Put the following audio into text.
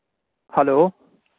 hello